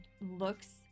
looks